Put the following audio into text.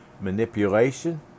Manipulation